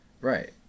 Right